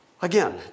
again